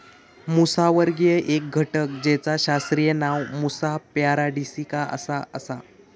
मुसावर्गीय एक घटक जेचा शास्त्रीय नाव मुसा पॅराडिसिका असा आसा